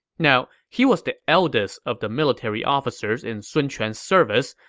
now, he was the eldest of the military officers in sun quan's service,